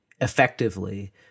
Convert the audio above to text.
effectively